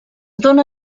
dóna